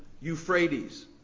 Euphrates